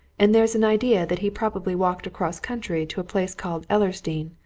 and there's an idea that he probably walked across country to a place called ellersdeane.